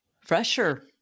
fresher